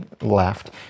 left